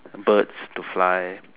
birds to fly